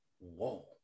Whoa